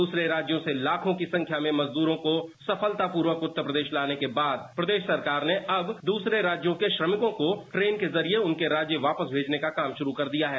दूसरे राज्यों से लाखों की संख्या में मजदूरों को सफलतापूर्वक उत्तर प्रदेश लाने के बाद प्रदेश सरकार ने अब दूसरे राज्यों को श्रमिकों को ट्रेन के जरिए उनके राज्य वापस भेजने का काम शुरू कर दिया है